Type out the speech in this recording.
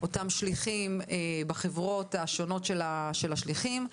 אותם שליחים בחברות השונות של השליחים,